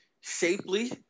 shapely